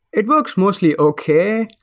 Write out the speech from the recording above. it works mostly okay.